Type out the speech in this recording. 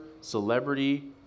celebrity